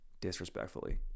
disrespectfully